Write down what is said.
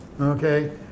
Okay